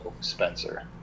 Spencer